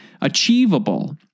Achievable